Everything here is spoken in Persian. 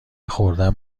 خوردن